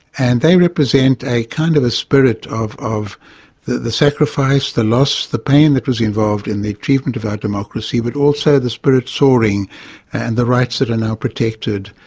and they represent a kind of a spirit of of the the sacrifice, the loss, the pain that was involved in the treatment of our democracy, but also the spirit soaring and the rights that are now protected.